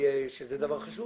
יש לנו הגדרה של בעל עניין.